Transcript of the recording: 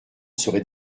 serait